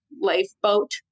lifeboat